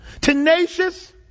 tenacious